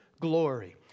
glory